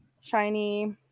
shiny